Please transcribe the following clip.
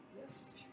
Yes